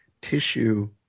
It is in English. tissue